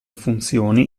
funzioni